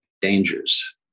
dangers